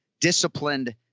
Disciplined